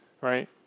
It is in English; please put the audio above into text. right